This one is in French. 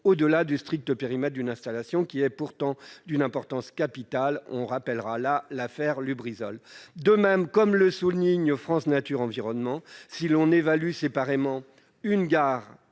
au-delà du strict périmètre d'une installation, qui est pourtant d'une importance capitale, comme l'a montré l'affaire Lubrizol. De même, comme l'indique France Nature Environnement, si l'on évalue séparément une gare,